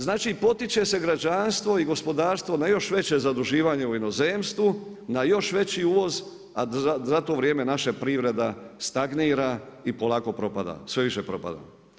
Znači, potiče se građanstvo i gospodarstvo na još veće zaduživanje u inozemstvu, na još veći uvoz a za to vrijeme naša privreda stagnira i polako propada, sve više propada.